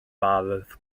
bardd